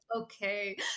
okay